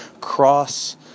cross